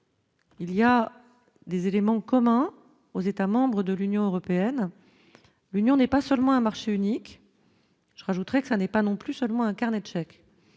Il y a des éléments communs aux États membres de l'Union européenne, l'union n'est pas seulement un marché unique je rajouterais que ça n'est pas non plus seulement un carnet tchèque